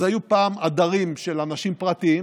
היו פעם עדרים של אנשים פרטיים,